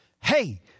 Hey